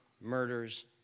murders